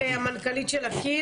אני נותנת לסיגל, המנכ"לית של אקי"ם